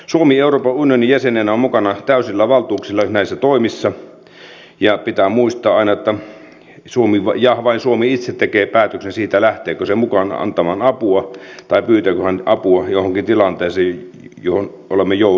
suomi euroopan unionin jäsenenä on mukana täysillä valtuuksilla näissä toimissa ja pitää muistaa aina että suomi ja vain suomi itse tekee päätöksen siitä lähteekö se mukaan antamaan apua tai pyytääkö se apua johonkin tilanteeseen johon olemme joutuneet